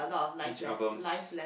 each albums